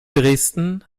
dresden